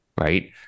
right